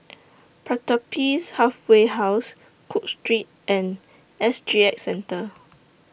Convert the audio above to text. Pertapis Halfway House Cook Street and S G X Centre